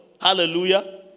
Hallelujah